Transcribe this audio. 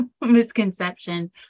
misconception